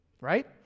Right